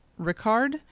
Ricard